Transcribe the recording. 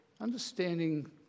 understanding